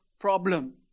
problem